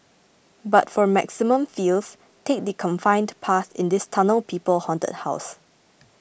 but for maximum feels take the confined path in this Tunnel People Haunted House